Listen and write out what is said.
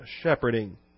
shepherding